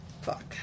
Fuck